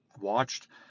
watched